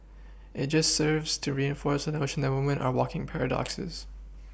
it just serves to reinforce the notion that women are walking paradoxes